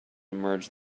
merge